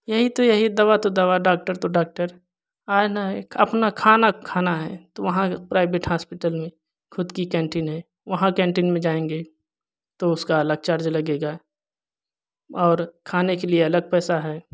यही तो यही दवा डॉक्टर तो डॉक्टर आना है अपना खाना खाना है वहाँ प्राइवेट हॉस्पिटल में खुद की कैंटीन है वहाँ कैंटीन में जाएंगे तो उसका अलग चार्ज लगेगा और खाने के लिए अलग पैसा है